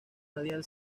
radial